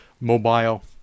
mobile